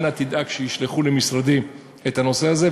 אנא תדאג שישלחו למשרדי את הנושא הזה,